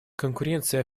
конкуренция